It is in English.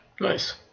Nice